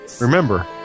remember